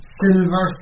silver